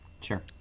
Sure